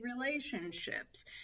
relationships